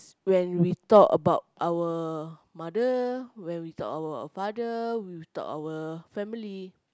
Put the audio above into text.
when we talk about our mother when we talk about our father we talk our family